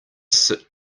sit